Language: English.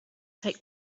take